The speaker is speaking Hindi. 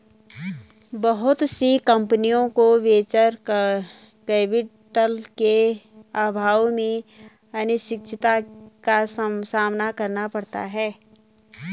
बहुत सी कम्पनियों को वेंचर कैपिटल के अभाव में अनिश्चितता का सामना करना पड़ता है